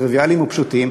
טריוויאליים ופשוטים.